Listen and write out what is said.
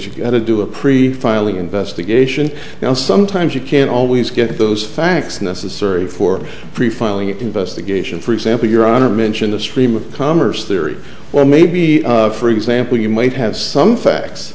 got to do a pre filing investigation and sometimes you can't always get those facts necessary for pre filing investigation for example your honor mentioned a stream of commerce theory well maybe for example you might have some facts